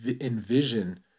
envision